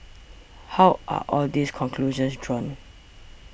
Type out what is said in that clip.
how are all these conclusions drawn